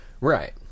Right